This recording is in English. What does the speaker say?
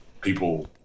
people